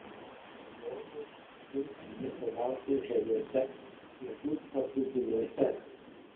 kazonui patinka atostogauti žaviuose pietų paplūdimiuose